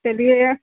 چلیے گا